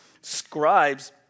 scribes